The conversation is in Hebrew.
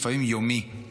לפעמים יומי.